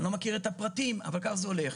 אני לא מכיר את הפרטים אבל כך זה הולך.